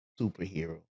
superhero